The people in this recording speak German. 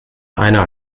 einer